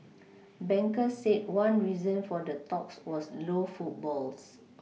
bankers said one reason for the talks was low footfalls